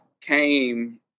came